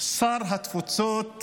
שר התפוצות